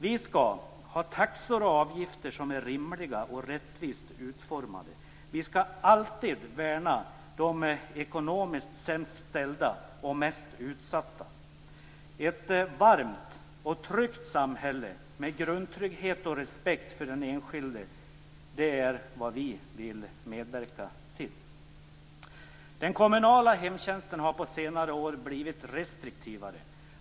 Vi skall ha taxor och avgifter som är rimliga och rättvist utformade. Vi skall alltid värna de ekonomiskt sämst ställda och mest utsatta. Ett varmt och tryggt samhälle med grundtrygghet och respekt för den enskilde individen är vad vi vill medverka till. Den kommunala hemtjänsten har på senare år blivit restriktivare.